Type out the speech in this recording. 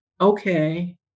okay